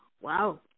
wow